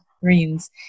Greens